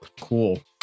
Cool